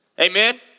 Amen